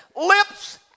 Lips